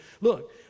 look